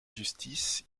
justice